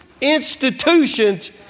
institutions